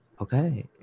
Okay